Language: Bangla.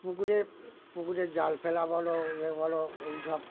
পুকুরে পুকুরে জাল ফেলা বলো ইয়ে বলো এই সব